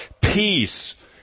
Peace